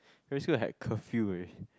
primary school I had curfew very